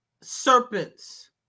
serpents